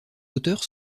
auteur